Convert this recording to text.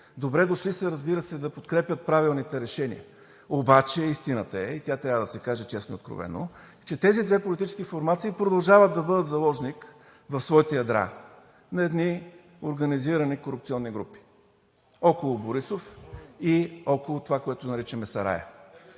добре дошли, разбира се, да подкрепят правилните решения. Истината обаче, и тя трябва да се каже честно и откровено, е, че тези две политически формации продължават да бъдат заложник в своите ядра на едни организирани корупционни групи – около Борисов и около това, което наричаме „сарая“.